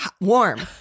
warm